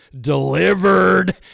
delivered